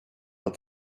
but